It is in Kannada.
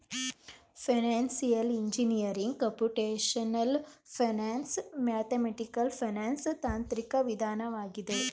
financial engineering computational finance, mathematical finance ತಾಂತ್ರಿಕ ವಿಧಾನವಾಗಿದೆ